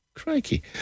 Crikey